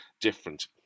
different